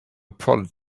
prodded